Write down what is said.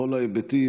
בכל ההיבטים,